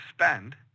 spend